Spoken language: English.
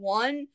one